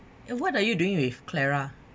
and what are you doing with clara